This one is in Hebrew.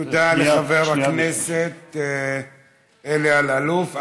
תודה לחבר הכנסת אלי אלאלוף.